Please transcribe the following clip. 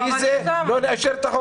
בלי זה לא נאשר את החוק הזה.